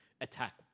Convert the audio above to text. attack